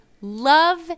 love